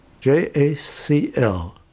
J-A-C-L